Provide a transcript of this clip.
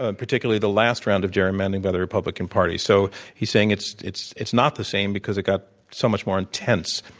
ah particularly, the last round of gerrymandering by the republican party. so, he's saying it's it's not the same because it got so much more intense.